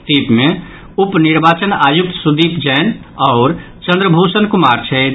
team मे उप निर्वाचन आयुक्त सुदीप जैन आओर चंद्रभूषण कुमार छथि